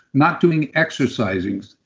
not doing exercising,